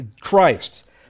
Christ